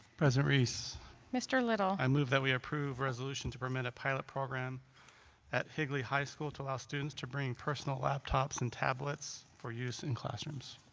president reese mr. little i move that we approve resolution to permit a pilot program at higley high school to allow students to bring personal laptops and tablets for use in classrooms